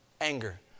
anger